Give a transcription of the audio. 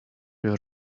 your